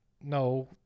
no